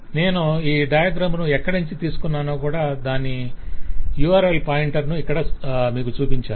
నేను ఈ డయాగ్రమ్ ను ఎక్కడ నుండి తీసుకున్నానో దాని url పాయింటర్ కూడా ఇక్కడ చూపించాను